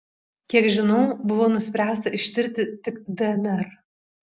kiek žinau buvo nuspręsta ištirti tik dnr